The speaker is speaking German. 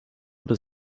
oder